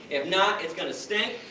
if not, it's going to stink.